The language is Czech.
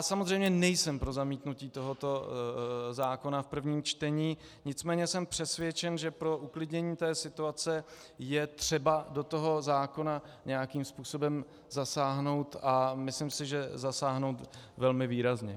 Samozřejmě nejsem pro zamítnutí tohoto zákona v prvém čtení, nicméně jsem přesvědčen, že pro uklidnění situace je třeba do zákona nějakým způsobem zasáhnout, a myslím si, že zasáhnout velmi výrazně.